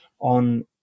on